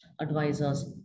advisors